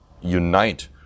unite